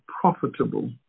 profitable